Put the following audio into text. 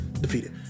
defeated